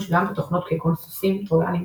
גם בתוכנות כגון סוסים טרויאניים,